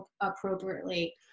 appropriately